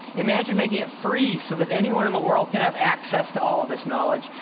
imagine making it free, so that anyone in the world can have access to all of this knowledge,